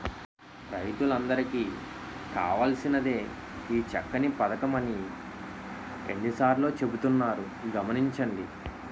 రైతులందరికీ కావాల్సినదే ఈ చక్కని పదకం అని ఎన్ని సార్లో చెబుతున్నారు గమనించండి